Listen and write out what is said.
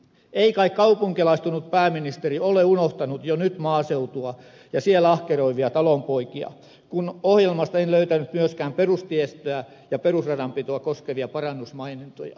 ei kai kaupunkilaistunut pääministeri ole unohtanut jo nyt maaseutua ja siellä ahkeroivia talonpoikia kun ohjelmasta en löytänyt myöskään perustiestöä ja perusradanpitoa koskevia parannusmainintoja